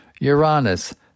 Uranus